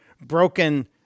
broken